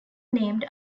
named